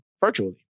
virtually